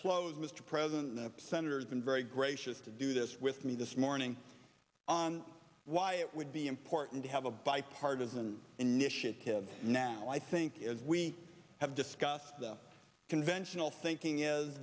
close mr president the senator's been very gracious to do this with me this morning on why it would be important to have a bipartisan initiative now i think as we have discussed the conventional thinking is